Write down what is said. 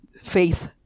faith